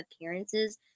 appearances